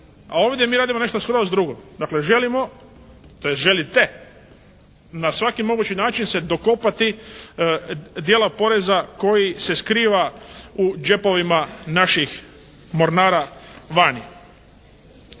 a ovdje mi radimo nešto skroz drugo. Dakle želimo, tj. želite na svaki mogući način se dokopati dijela poreza koji se skriva u džepovima naših mornara vani.